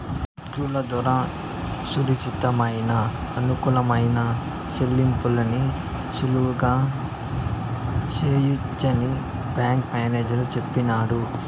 సెక్కుల దోరా సురచ్చితమయిన, అనుకూలమైన సెల్లింపుల్ని సులువుగా సెయ్యొచ్చని బ్యేంకు మేనేజరు సెప్పినాడు